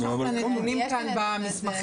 יש את הנתונים כאן במסמכים.